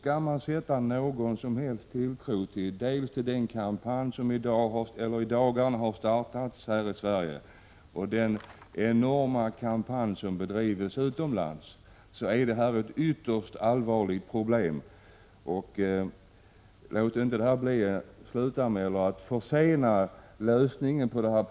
Skall människor sätta någon tilltro till dels den kampanj som i dagarna har startat här i Sverige, dels de enorma kampanjer som bedrivs utomlands, är det ytterst angeläget att vi visar att vi tar denna fråga på allvar.